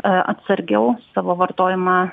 a atsargiau savo vartojimą